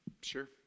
Sure